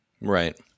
Right